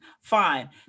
fine